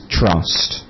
trust